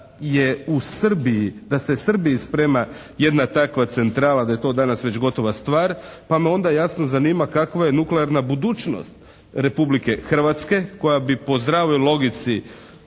da se Srbiji sprema jedna takva centrala, da je to danas već gotova stvar pa me onda jasno zanima kakva je nuklearna budućnost Republike Hrvatske koja bi po zdravoj logici